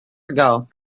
ago